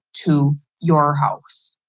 to your house,